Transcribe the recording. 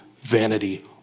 vanity